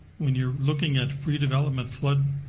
when you're looking at redevelopment flood.